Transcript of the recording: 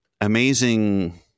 amazing